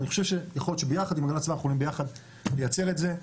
ואני חושב שיכול להיות ביחד עם הגנת הסביבה נוכל לייצר את זה.